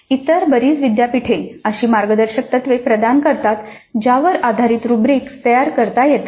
इतर बरीच विद्यापीठे अशी मार्गदर्शक तत्त्वे प्रदान करतात ज्यावर आधारित रुब्रिक्स तयार करता येतात